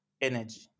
energy